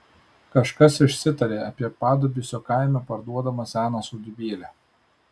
kažkas išsitarė apie padubysio kaime parduodamą seną sodybėlę